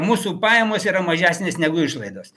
mūsų pajamos yra mažesnės negu išlaidos